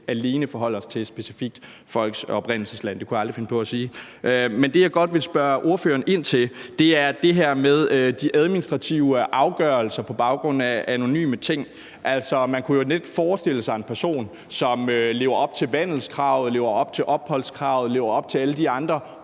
skal forholde os til folks oprindelsesland. Det kunne jeg aldrig finde på at sige. Men det, jeg godt vil spørge ordføreren ind til, er det her med de administrative afgørelser på baggrund af anonyme ting. Altså, man kunne jo let forestille sig en person, som lever op til vandelskravet, lever op til opholdskravet og lever op til alle de andre